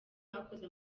bakoze